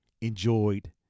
enjoyed